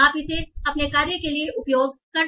और आप इसे अपने कार्य के लिए उपयोग कर सकते हैं